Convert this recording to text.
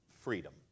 freedom